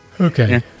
Okay